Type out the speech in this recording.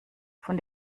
von